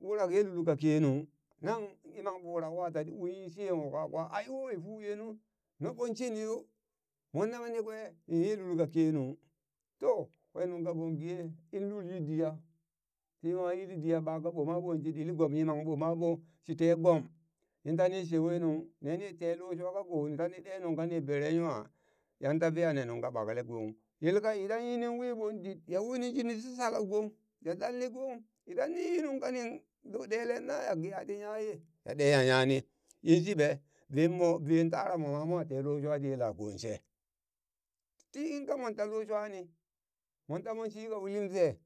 Ɓurak ye lulka kenung nang yimang ɓurak wa ta tin uli shiye ka kakwa ai woye fuye nu noɓo shin yo mon nanghe ni kwe inye lul ka kenung to kwen nungka ɓon ge in lul yi diya tiwa yili diya ɓaka ɓoma ɓon shi ɗili gom yimang ɓoma ɓon shi tee gom ninta ni shewe nung neni te lo shwa ka ko ni ta ni ɗe nungka ni beren nwa, yanta ve ya ne nungka ɓakle gong yelka idan yining wi ɓon dit, ya woni shini ti shishalau gong ya dalni gong idan ninyi nungka nin lo ɗele naya ge ati nya ye, ya ɗe nyani yinshi ɓe vemo veen tara moma mo tee lo shwa ti yelakon she, ti inka monta lo shwani monta mon shika ulin vee